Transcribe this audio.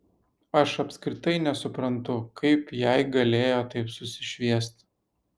aš apskritai nesuprantu kaip jai galėjo taip susišviest